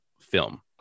film